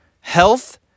Health